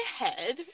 ahead